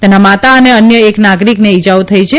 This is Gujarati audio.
તેના માતા અને અન્ય એક નાગરિકને ઇજાઓ થઇ છે